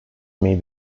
may